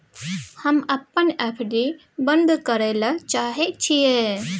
हम अपन एफ.डी बंद करय ले चाहय छियै